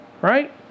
Right